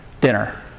Dinner